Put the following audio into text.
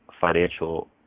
financial